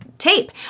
tape